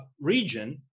region